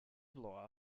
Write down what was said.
blow